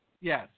Yes